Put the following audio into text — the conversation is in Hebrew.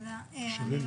משרד